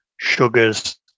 sugars